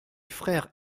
frère